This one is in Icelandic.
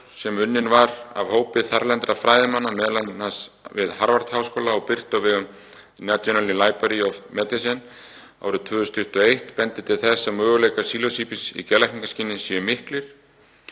sem unnin var af hópi þarlendra fræðimanna, m.a. við Harvard-háskóla og birt á National Library of Medicine árið 2021, bendir til þess að möguleikar sílósíbíns í geðlækningaskyni séu miklir,